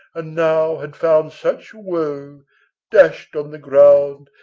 and now had found such woe dashed on the ground,